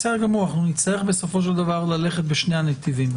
נצטרך בסופו של דבר ללכת בשני הנתיבים,